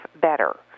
better